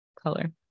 color